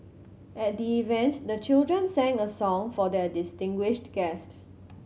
at the event the children sang a song for their distinguished guest